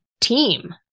team